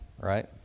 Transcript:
right